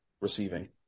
receiving